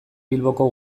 bilboko